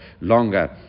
longer